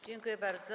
Dziękuję bardzo.